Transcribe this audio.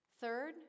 Third